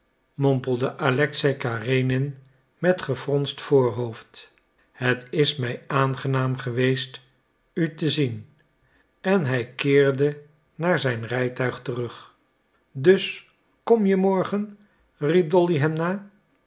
mompelde alexei karenin met gefronst voorhoofd het is mij aangenaam geweest u te zien en hij keerde naar zijn rijtuig terug dus kom je morgen riep dolly hem